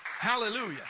Hallelujah